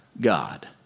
God